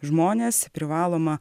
žmones privaloma